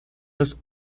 los